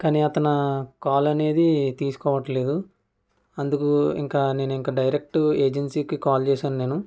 కానీ అతన కాలు అనేది తీసుకోవట్లేదు అందుకు ఇంకా నేను నేనింకా డైరెక్టు ఏజెన్సీకి కాల్ చేశాను నేను